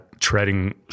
treading